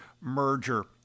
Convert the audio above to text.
merger